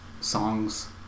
songs